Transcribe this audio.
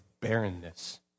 barrenness